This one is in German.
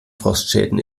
frostschäden